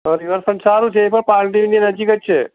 riverfront સારું છે એ પણ પાલડીની નજીક જ છે